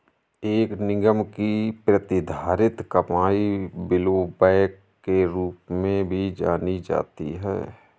एक निगम की प्रतिधारित कमाई ब्लोबैक के रूप में भी जानी जाती है